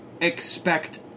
expect